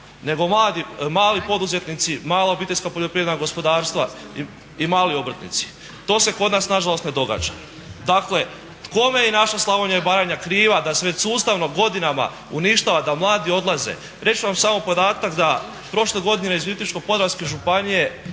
nego mali poduzetnici, mala obiteljska poljoprivredna gospodarstva i mali obrtnici. To se kod nas nažalost ne događa. Dakle kome je naša Slavonija i Baranja kriva da se već sustavno godinama uništava, da mladi odlaze. Reći ću vam samo podatak da prošle godine iz Virovitičko-podravske županije